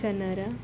ಜನರ